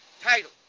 title